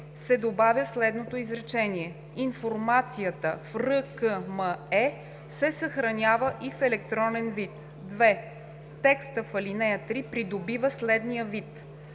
се добавя следното изречение: „Информацията в РКМЕ се съхранява и в електронен вид.“ 2. Текста в ал. 3 придобива следния вид: